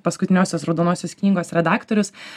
paskutiniosios raudonosios knygos redaktorius